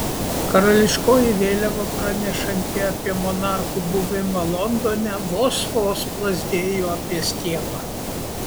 karališkoji vėliava pranešanti apie monarcho buvimą londone vos vos plazdėjo apie stiebą